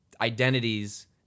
identities